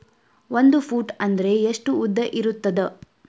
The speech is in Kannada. ಒಂದು ಫೂಟ್ ಅಂದ್ರೆ ಎಷ್ಟು ಉದ್ದ ಇರುತ್ತದ?